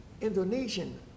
Indonesian